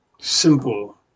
simple